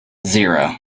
zero